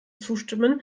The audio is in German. zustimmen